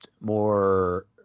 more